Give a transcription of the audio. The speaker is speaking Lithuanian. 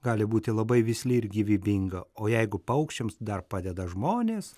gali būti labai visli ir gyvybinga o jeigu paukščiams dar padeda žmonės